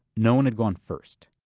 no one had gone first.